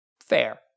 Fair